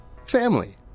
Family